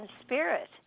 spirit